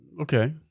Okay